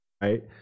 Right